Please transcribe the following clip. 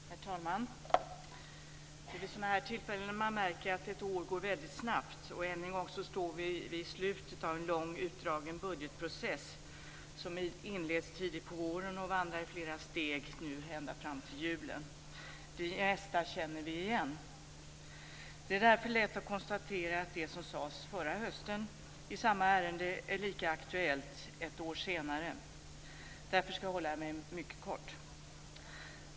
Herr talman! Det är vid sådana här tillfällen man märker att ett år går väldigt snabbt, och än en gång står vi vid slutet av en långt utdragen budgetprocess, som inleds tidigt på våren och vandrar i flera steg ända fram till julen. Det mesta känner vi igen. Det är därför lätt att konstatera att det som sades förra hösten i samma ärende är lika aktuellt ett år senare. Därför ska jag hålla mig mycket kort.